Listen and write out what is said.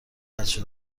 بچه